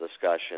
discussion